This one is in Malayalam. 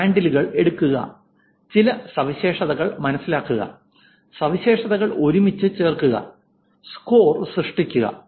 ഹാൻഡിലുകൾ എടുക്കുക ചില സവിശേഷതകൾ മനസ്സിലാക്കുക സവിശേഷതകൾ ഒരുമിച്ച് ചേർക്കുക സ്കോർ സൃഷ്ടിക്കുക